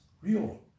real